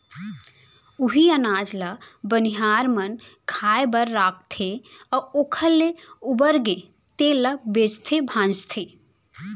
उहीं अनाज ल बनिहार मन खाए बर राखथे अउ ओखर ले उबरगे तेन ल बेचथे भांजथे